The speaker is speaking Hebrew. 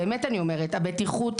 באמת אני אומרת הבטיחות,